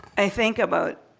i think about,